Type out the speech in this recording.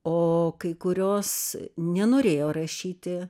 o kai kurios nenorėjo rašyti